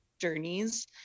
journeys